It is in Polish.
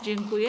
Dziękuję.